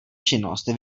činnost